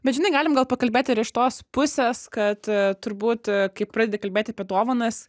bet žinai galim gal pakalbėt ir iš tos pusės kad turbūt kai pradedi kalbėt apie dovanas